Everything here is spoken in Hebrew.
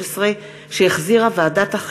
לבעלי עסקים כנושים בפשיטת רגל ובפירוק חברה (תיקוני